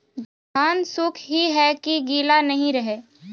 धान सुख ही है की गीला नहीं रहे?